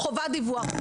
חובת דיווח.